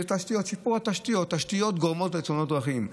שיפור התשתיות, תשתיות גורמות לתאונות דרכים.